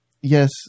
yes